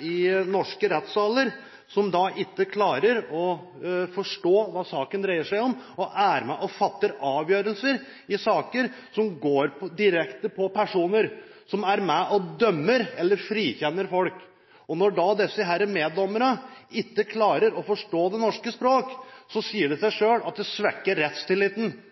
i norske rettssaler som ikke klarer å forstå hva saken dreier seg om, men som er med og fatter avgjørelser i saker som går direkte på personer, og som er med og dømmer eller frikjenner folk. Når disse meddommerne ikke klarer å forstå det norske språk, sier det seg selv at det svekker